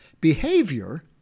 behavior